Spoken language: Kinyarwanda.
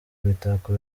imitako